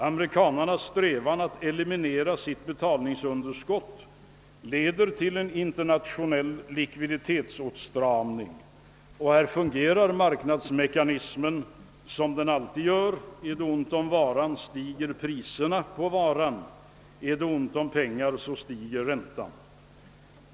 Amerikanernas strävan att eliminera sitt betalningsunderskott leder till en internationell likviditetsåtstramning, och då fungerar marknadsmekanismen som den alltid gör: är det ont om en vara, så stiger priserna på densamma, och är det ont om pengar, så stiger räntan.